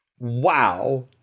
wow